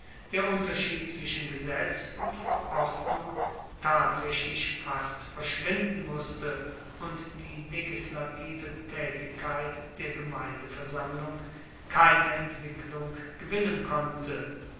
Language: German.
der unterschied zwischen gesetz und verordnung tatsaechlich fast verschwinden musste und die legislative taetigkeit der gemeindeversammlung keine entwicklung gewinnen konnte